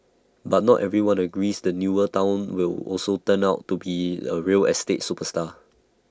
but not everyone agrees the newer Town will also turn out to be A real estate superstar